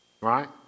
Right